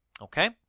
Okay